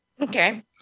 Okay